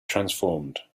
transformed